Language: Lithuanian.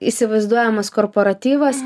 įsivaizduojamas korporatyvas